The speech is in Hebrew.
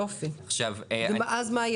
יפה ואז מה הוא אמור לעשות,